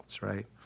right